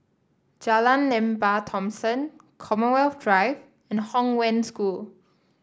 Jalan Lembah Thomson Commonwealth Drive and Hong Wen School